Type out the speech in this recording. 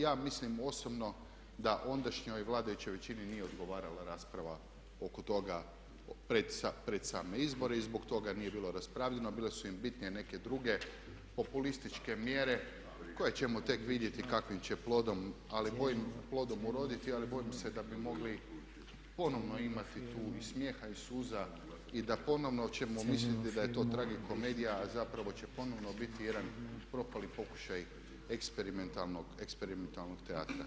Ja mislim osobno da ondašnjoj vladajućoj većini nije odgovarala rasprava oko toga pred same izbore i zbog toga nije bilo raspravljeno a bile su im bitnije neke druge populističke mjere koje ćemo tek vidjeti kakvim će plodom ali kojim plodom uroditi ali bojim se da bi mogli ponovno imati tu i smjeha i suza i da ponovno ćemo misliti da je to tragikomedija a zapravo će ponovno biti jedan propali pokušaj eksperimentalnog teatra.